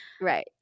Right